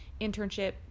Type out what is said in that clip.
internship